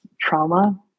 trauma